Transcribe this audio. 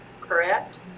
correct